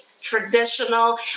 traditional